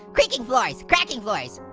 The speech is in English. creaking floors, cracking floors,